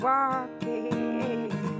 Walking